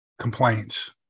complaints